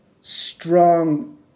strong